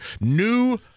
new